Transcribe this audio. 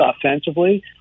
offensively